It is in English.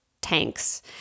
tanks